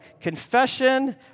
confession